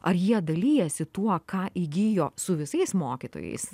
ar jie dalijasi tuo ką įgijo su visais mokytojais